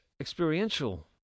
experiential